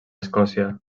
escòcia